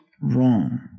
wrong